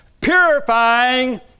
purifying